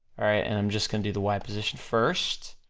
alright and i'm just gonna do the y position first,